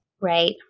Right